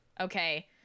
Okay